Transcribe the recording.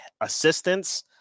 assistance